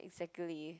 exactly